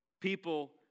people